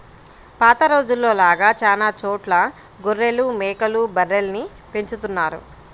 పాత రోజుల్లో లాగా చానా చోట్ల గొర్రెలు, మేకలు, బర్రెల్ని పెంచుతున్నారు